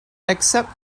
except